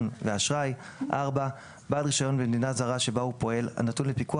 ואשראי; בעל רישיון במדינה זרה שבה הוא פועל הנתון לפיקוח